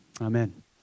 Amen